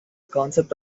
concept